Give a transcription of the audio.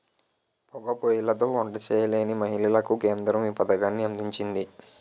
పోగా పోయ్యిలతో వంట చేయలేని మహిళలకు కేంద్రం ఈ పథకాన్ని అందించింది